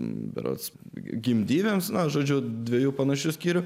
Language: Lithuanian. berods gimdyvėms na žodžiu dviejų panašių skyrių